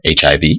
HIV